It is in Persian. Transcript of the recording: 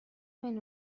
بین